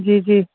जी जी